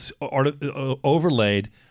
overlaid